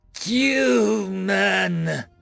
Human